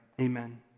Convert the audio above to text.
amen